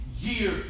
year